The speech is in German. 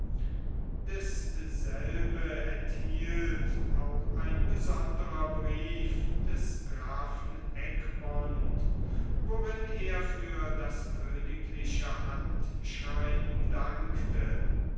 dasselbe enthielt auch ein besonderer brief des grafen egmont worin er für das königliche handschreiben dankte